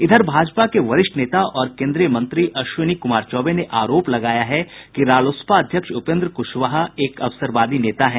इधर भाजपा के वरिष्ठ नेता और केन्द्रीय मंत्री अश्विनी कुमार चौबे ने आरोप लगाया है कि रालोसपा अध्यक्ष उपेन्द्र कुशवाहा एक अवसरवादी नेता हैं